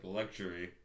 luxury